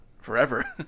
forever